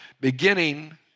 beginning